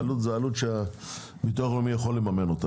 העלות היא עלות שביטוח לאומי יכול לממן אותה.